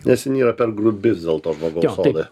nes jin yra per grubi vis dėlto žmogaus odai